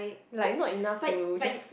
like not enough to just